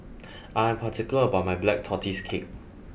I am particular about my Black Tortoise Cake